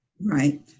Right